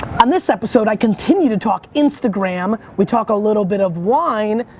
on this episode, i continue to talk instagram, we talk a little bit of wine,